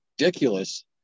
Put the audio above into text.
ridiculous